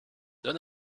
don